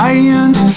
Lions